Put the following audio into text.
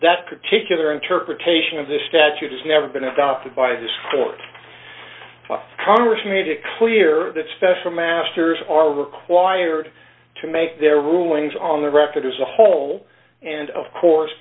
that particular interpretation of this statute has never been adopted by this court congress made it clear that special masters are required to make their rulings on the record as a whole and of course